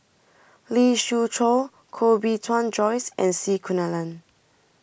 Lee Siew Choh Koh Bee Tuan Joyce and C Kunalan